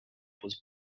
was